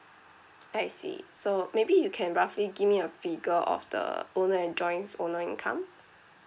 I see so maybe you can roughly give me a figure of the owner and joints owner income